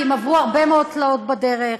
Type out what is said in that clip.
כי הם עברו הרבה מאוד תלאות בדרך,